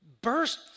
burst